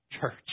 church